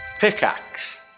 Pickaxe